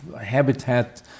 habitat